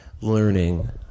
learning